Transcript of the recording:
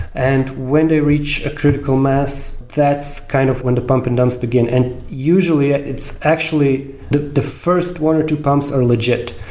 and when they reach a critical mass, that's kind of when the pump and dumps begin and usually, it's actually the the first one or two pumps are legit.